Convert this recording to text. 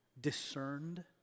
discerned